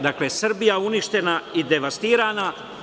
Dakle, Srbija uništena i devastirana.